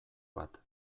bat